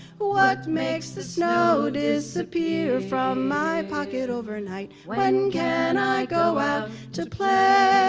what makes the snow disappear from my pocket overnight? when can i go out to play?